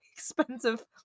expensive